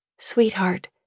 Sweetheart